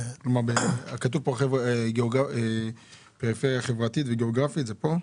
כלומר, כתוב פה פריפריה חברתית וגיאוגרפית זה פה?